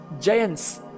giants